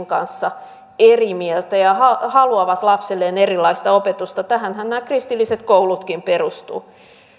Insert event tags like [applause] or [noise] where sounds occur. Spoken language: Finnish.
[unintelligible] kanssa eri mieltä ja haluavat lapselleen erilaista opetusta tähänhän nämä kristilliset koulutkin perustuvat